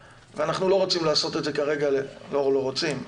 ואנחנו לא רוצים לעשות את זה כרגע לא לא רוצים,